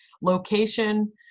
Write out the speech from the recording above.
location